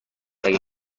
اگه